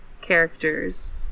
characters